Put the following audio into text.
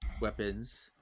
weapons